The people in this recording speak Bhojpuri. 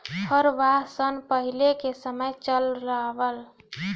हरवाह सन पहिले के समय हल चलावें